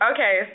Okay